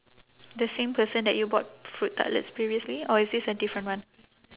the same person that you bought fruit tartlets previously or is this a different one